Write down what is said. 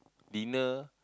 dinner